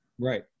Right